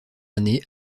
année